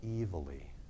evilly